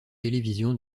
télévision